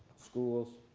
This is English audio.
schools.